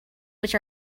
which